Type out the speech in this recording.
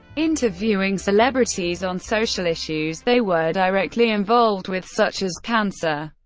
interviewing celebrities on social issues they were directly involved with, such as cancer,